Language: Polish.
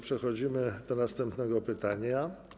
Przechodzimy do następnego pytania.